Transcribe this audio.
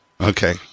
Okay